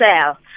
sell